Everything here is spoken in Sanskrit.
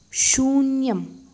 शून्यम्